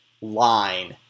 line